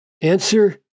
Answer